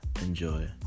enjoy